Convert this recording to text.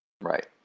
Right